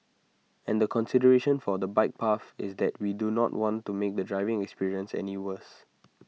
and the consideration for the bike path is that we do not want to make the driving experience any worse